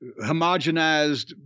homogenized